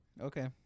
Okay